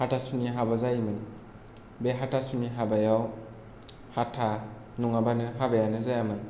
हाथासुनि हाबा जायोमोन बे हाथासुनि हाबायाव हाथा नङाबानो हाबायानो जायामोन